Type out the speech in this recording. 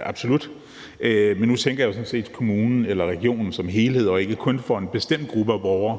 absolut ikke, men nu tænker jeg sådan set på kommuner og regioner som en helhed og ikke kun for en bestemt gruppe af borgere.